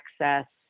access